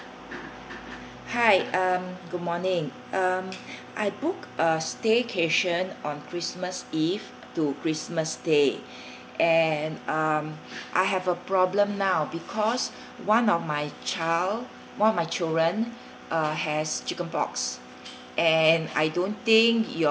hi um good morning um I book a staycation on christmas eve to christmas day and um I have a problem now because one of my child one of my children uh has chickenpox and I don't think